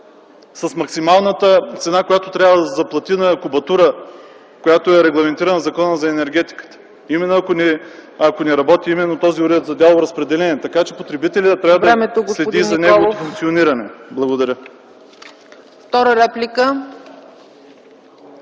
с максималната цена, която трябва да се заплати на кубатура. Тя е регламентирана в Закона за енергетиката, именно ако не работи този уред за дялово разпределение, така че потребителят трябва да следи за неговото функциониране. Благодаря.